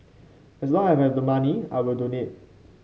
as long as I have the money I will donate